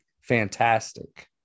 fantastic